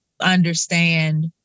understand